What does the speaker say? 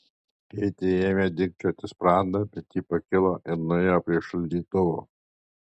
keitei ėmė dilgčioti sprandą bet ji pakilo ir nuėjo prie šaldytuvo